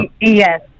yes